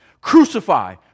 Crucify